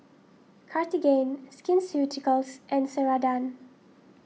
Cartigain Skin Ceuticals and Ceradan